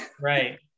Right